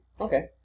Okay